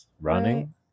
running